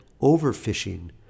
overfishing